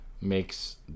makes